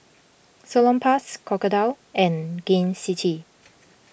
Salonpas Crocodile and Gain City